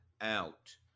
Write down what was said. out